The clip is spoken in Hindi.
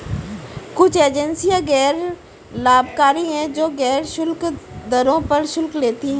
कुछ एजेंसियां गैर लाभकारी हैं, जो गैर शुल्क दरों पर शुल्क लेती हैं